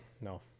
no